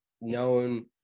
known